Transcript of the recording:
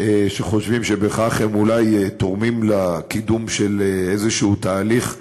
שחושבים שבכך הם אולי תורמים לקידום של איזשהו תהליך שלום,